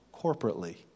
corporately